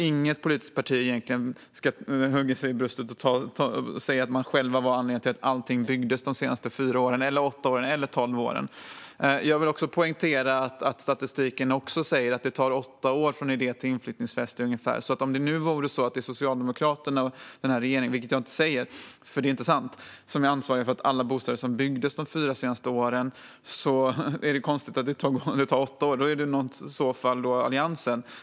Inget politiskt parti ska slå sig för bröstet och säga att man själv var anledningen till att allt byggdes under senaste fyra åren, åtta åren eller tolv åren. Jag vill också poängtera att statistiken säger att det tar åtta år från idé till inflyttningsfest. Om det nu vore så att Socialdemokraterna och den här regeringen - vilket jag inte säger, för det är inte sant - är ansvariga för alla bostäder som byggdes under de fyra senaste åren så är det, om det tar åtta år, i så fall Alliansens förtjänst.